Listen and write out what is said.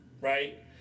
Right